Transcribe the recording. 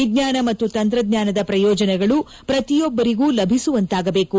ವಿಜ್ಞಾನ ಮತ್ತು ತಂತ್ರಜ್ಞಾನದ ಪ್ರಯೋಜನಗಳು ಪ್ರತಿಯೊಬ್ಬರಿಗೂ ಲಭಿಸುವಂತಾಗಬೇಕು